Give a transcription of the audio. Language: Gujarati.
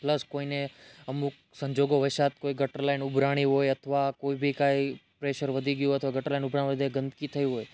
પ્લસ કોઈને અમુક સંજોગો વરસાદ કોઈ ગટર લાઈન ઉભરાણી હોય અથવા કોઈ ભી કાઈ પ્રેશર વધી ગયું અથવા ગટર લાઈન ઉભરાવામાં ત્યાં ગંદકી થઈ હોય